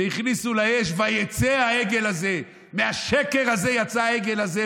והכניסו לאש "ויצא העגל הזה" מהשקר הזה יצא העגל הזה,